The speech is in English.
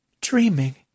dreaming